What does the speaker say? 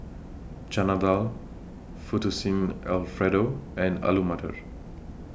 Chana Dal Fettuccine Alfredo and Alu Matar